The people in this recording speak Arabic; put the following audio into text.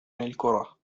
الكرة